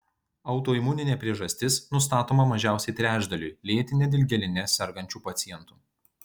autoimuninė priežastis nustatoma mažiausiai trečdaliui lėtine dilgėline sergančių pacientų